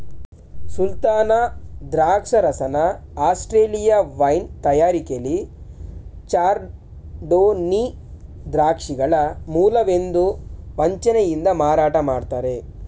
ಸುಲ್ತಾನ ದ್ರಾಕ್ಷರಸನ Australia wine ತಯಾರಿಕೆಲಿ chardonnay ದ್ರಾಕ್ಷಿಗಳ ಮೂಲವೆಂದು ವಂಚನೆಯಿಂದ ಮಾರಾಟ ಮಾಡ್ತರೆ